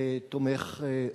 ותומך,